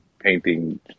painting